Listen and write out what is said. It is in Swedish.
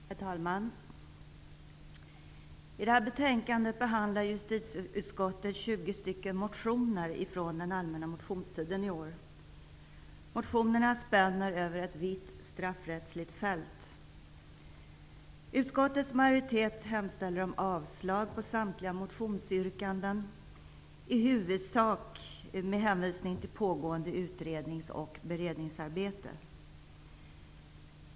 Herr talman! I detta betänkande behandlar justitieutskottet 20 motioner från den allmänna motionstiden i år. Motionerna spänner över ett vitt straffrättsligt fält. Utskottets majoritet hemställer om avslag på samtliga motionsyrkanden, i huvudsak med hänvisning till pågående utrednings och beredningsarbete.